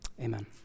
amen